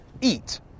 eat